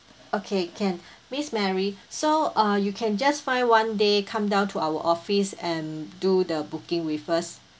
okay can miss mary so uh you can just find one day come down to our office and do the booking with us